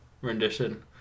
rendition